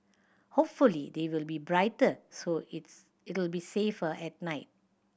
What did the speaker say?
hopefully they will be brighter so its it'll be safer at night